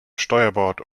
steuerbord